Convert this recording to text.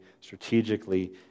strategically